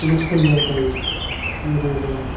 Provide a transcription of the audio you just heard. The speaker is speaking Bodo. नख'लिया जायो मोजां जाया